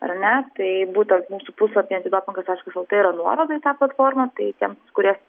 ar ne tai būtent mūsų puslapyje antidopingas taškas lt yra nuoroda į tą platformą tai tiems kurie